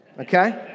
Okay